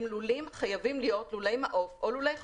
הם חייבים להיות לולי מעוף או לולי חופש.